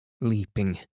leaping